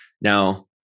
Now